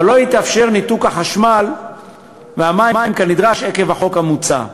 אבל לא יתאפשר ניתוק החשמל והמים כנדרש עקב החוק המוצע.